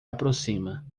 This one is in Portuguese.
aproxima